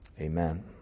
amen